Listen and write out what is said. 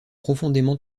profondément